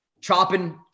chopping